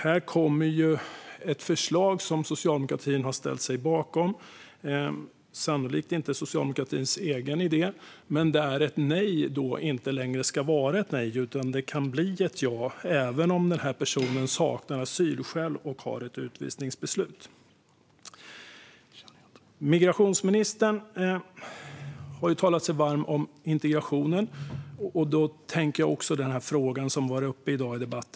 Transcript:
Här kommer ett förslag som socialdemokratin har ställt sig bakom. Det är sannolikt inte socialdemokratins egen idé, men ett nej ska inte längre vara ett nej, utan det kan bli ett ja, även om personen saknar asylskäl och har ett utvisningsbeslut. Migrationsministern har talat sig varm för integrationen. Sedan har vi den fråga som har tagits upp i dagens debatt.